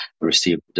received